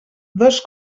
dos